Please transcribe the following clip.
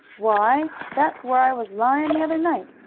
why, that's where i was lyin' the other night!